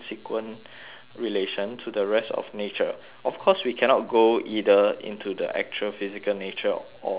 relation to the rest of nature of course we cannot go either into the actual physical nature of man